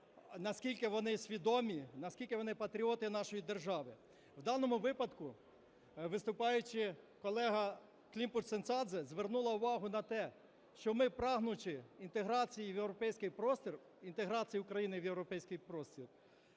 наскільки вони свідомі, наскільки вони патріоти нашої держави. В даному випадку, виступаючи, колега Климпуш-Цинцадзе звернула увагу на те, що ми, прагнучи інтеграції в європейський простір,